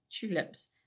tulips